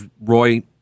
Roy